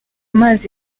mazi